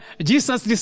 Jesus